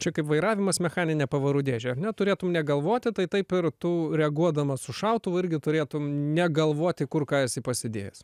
čia kaip vairavimas mechanine pavarų dėže ar ne turėtum negalvoti taip ir tu reaguodamas su šautuvu irgi turėtum negalvoti kur ką esi pasidėjęs